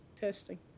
testing